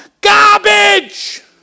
Garbage